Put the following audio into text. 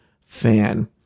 fan